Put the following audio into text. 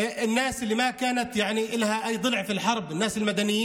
האנשים שלא היה להם כל קשר למלחמה, האזרחים.